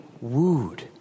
wooed